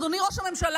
אדוני ראש הממשלה?